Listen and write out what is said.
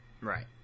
Right